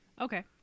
Okay